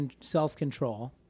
self-control